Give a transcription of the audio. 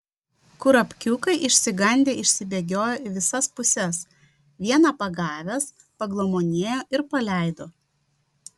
kurapkiukai išsigandę išsibėgiojo į visas puses vieną pagavęs paglamonėjo ir paleido